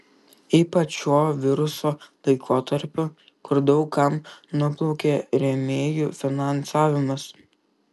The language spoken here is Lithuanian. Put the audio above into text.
ypač šiuo viruso laikotarpiu kur daug kam nuplaukė rėmėjų finansavimas